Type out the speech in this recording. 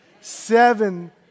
seven